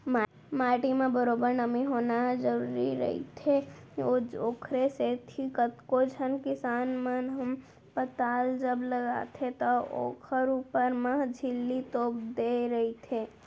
माटी म बरोबर नमी होना जरुरी रहिथे, ओखरे सेती कतको झन किसान मन ह पताल जब लगाथे त ओखर ऊपर म झिल्ली तोप देय रहिथे